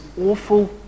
awful